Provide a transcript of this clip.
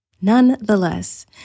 nonetheless